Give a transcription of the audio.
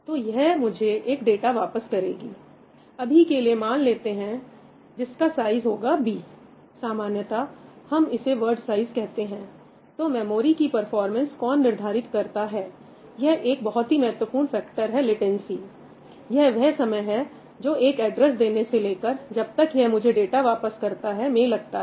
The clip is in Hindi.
तो यह मुझे एक डाटा वापस करेगी अभी के लिए मान लेते हैं जिसका साइज होगा 'b' सामान्यतः हम इसे वर्ड साइज कहते हैं तो मेमोरी की परफॉर्मेंस कौन निर्धारित करता है यह एक बहुत ही महत्वपूर्ण फैक्टर है लेटेंसी यह वह समय है जो एक एड्रेस देने से लेकर जब तक यह मुझे डाटा वापस करता है में लगता है